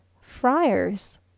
friars